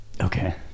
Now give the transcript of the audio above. Okay